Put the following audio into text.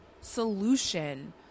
solution